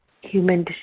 human